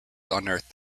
unearthed